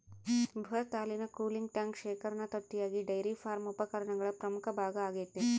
ಬೃಹತ್ ಹಾಲಿನ cooling tank ಶೇಖರಣಾ ತೊಟ್ಟಿಯಾಗಿ ಡೈರಿ ಫಾರ್ಮ್ ಉಪಕರಣಗಳ ಪ್ರಮುಖ ಭಾಗ ಆಗೈತೆ